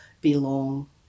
belong